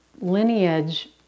lineage